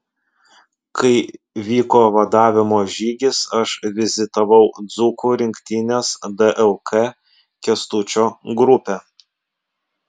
kai vyko vadavimo žygis aš vizitavau dzūkų rinktinės dlk kęstučio grupę